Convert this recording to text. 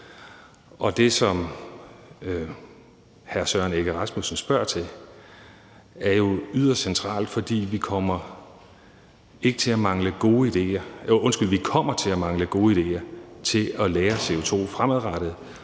Og det, som hr. Søren Egge Rasmussen spørger til, er jo yderst centralt, fordi vi kommer til at mangle gode idéer til at lagre CO2 fremadrettet,